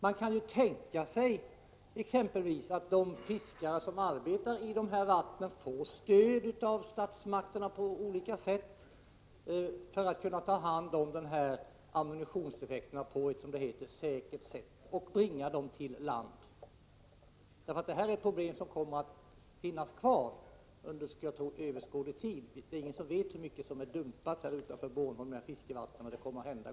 Man kan tänka sig att de fiskare som arbetar i dessa vatten får stöd av statsmakterna på olika vis för att kunna ta hand om dessa ammunitionseffekter på ett som det heter säkert sätt och bringa dem till land. Detta är ett problem som kommer att finnas kvar under överskådlig tid — ingen vet hur mycket som är dumpat i fiskevattnen utanför Bornholm.